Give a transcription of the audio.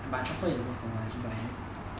but truffle is the most common one from what I heard